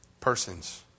persons